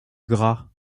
gras